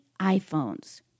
iPhones